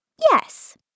yes